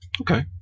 okay